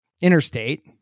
interstate